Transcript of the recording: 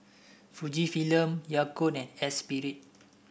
Fujifilm Yakult and Espirit